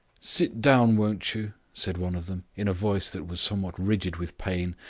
sit down, won't you? said one of them, in a voice that was somewhat rigid with pain.